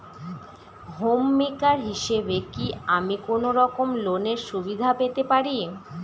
Home maker হিসেবে কি আমি কোনো রকম লোনের সুবিধা পেতে পারি?